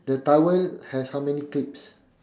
the towel has how many clips